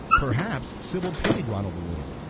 perhaps sybil pitied ronald a little.